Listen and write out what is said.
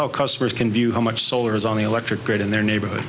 how customers can view how much solar is on the electric grid in their neighborhood